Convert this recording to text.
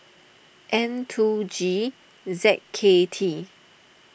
N two G Z K T